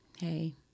hey